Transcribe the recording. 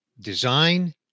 design